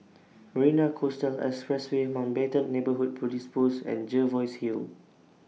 Marina Coastal Expressway Mountbatten Neighbourhood Police Post and Jervois Hill